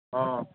हँ